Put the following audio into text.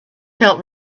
felt